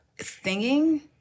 singing